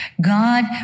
God